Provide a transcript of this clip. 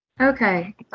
Okay